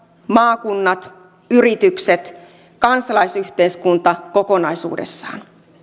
maakunnat yritykset kansalaisyhteiskunta kokonaisuudessaan